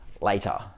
later